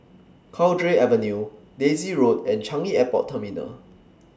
Cowdray Avenue Daisy Road and Changi Airport Terminal